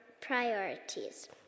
priorities